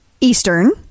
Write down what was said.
Eastern